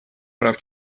прав